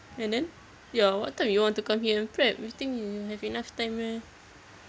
and then ya what time you want to come here and grab you think you have enough time meh